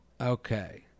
Okay